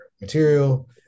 material